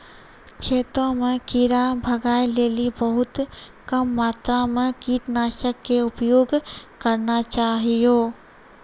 खेतों म कीड़ा भगाय लेली बहुत कम मात्रा मॅ कीटनाशक के उपयोग करना चाहियो